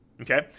okay